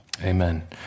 amen